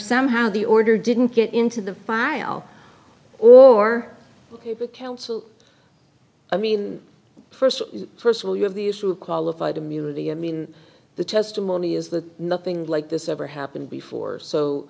somehow the order didn't get into the file or counsel i mean first first of all you have the issue of qualified immunity i mean the testimony is that nothing like this ever happened before so